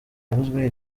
yavuzwe